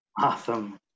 Awesome